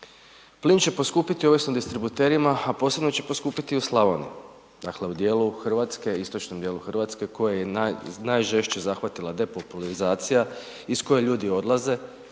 Plin će poskupiti ovisno o distributerima a posebno će poskupiti u Slavoniji. Dakle u dijelu Hrvatske, istočnom djelu Hrvatske koji je najžešće zahvatila depopulacija iz koje ljudi odlaze